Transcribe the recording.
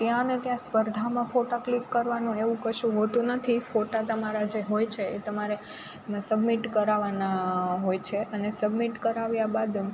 ત્યાંને ત્યાં સ્પર્ધામાં ફોટા ક્લિક કરવાનું એવું કશું હોતું નથી ફોટા તમારા જે હોય છે એ તમારે ને સબમિટ કરાવવાના હોય છે અને સબમિટ કરાવ્યા બાદ